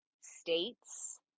states